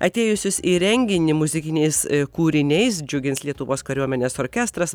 atėjusius į renginį muzikiniais kūriniais džiugins lietuvos kariuomenės orkestras